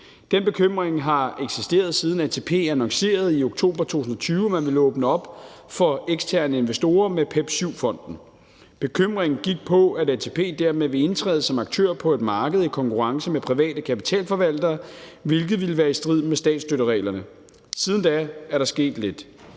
Den bekymring har eksisteret, siden ATP i oktober 2020 annoncerede, at man ville åbne op for eksterne investorer med PEP VII-fonden. Bekymringen gik på, at ATP dermed vil indtræde som aktør på et marked i konkurrence med private kapitalforvaltere, hvilket ville være i strid med statsstøttereglerne. Siden da er der sket lidt.